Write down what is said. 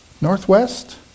Northwest